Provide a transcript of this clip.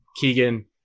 Keegan